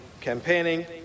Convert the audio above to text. campaigning